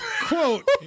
Quote